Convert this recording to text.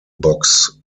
box